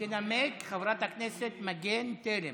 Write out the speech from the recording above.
תנמק חברת הכנסת מגן תלם.